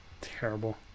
Terrible